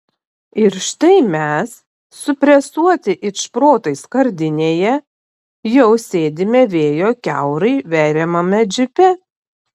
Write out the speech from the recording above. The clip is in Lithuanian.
ir štai mes supresuoti it šprotai skardinėje jau sėdime vėjo kiaurai veriamame džipe